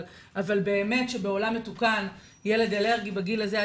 אבל באמת שבעולם מתוקן ילד אלרגי בגיל הזה היה